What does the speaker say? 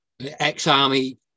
Ex-army